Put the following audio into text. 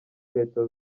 leta